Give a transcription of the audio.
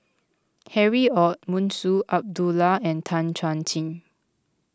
Harry Ord Munshi Abdullah and Tan Chuan Jin